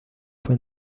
fue